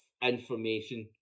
information